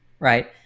right